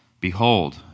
Behold